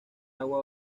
agua